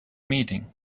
meeting